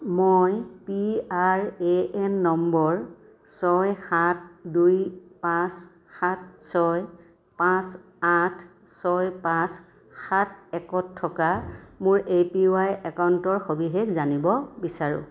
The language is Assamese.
মই পি আৰ এ এন নম্বৰ ছয় সাত দুই পাঁচ সাত ছয় পাঁচ আঠ ছয় পাঁচ সাত এক থকা মোৰ এ পি ৱাই একাউণ্টৰ সবিশেষ জানিব বিচাৰোঁ